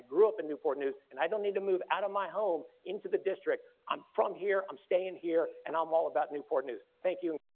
grew up in newport news and i don't need to move out of my home into the district, i'm from here, i'm staying here and i'm all about newport news thank you.